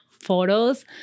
photos